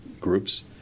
groups